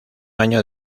año